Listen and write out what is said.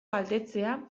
galdetzea